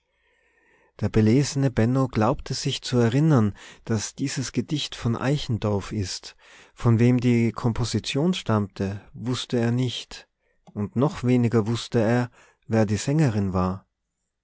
der belesene benno glaubte sich zu erinnern daß dieses gedicht von eichendorff ist von wem die komposition stammte wußte er nicht und noch weniger wußte er wer die sängerin war